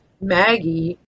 Maggie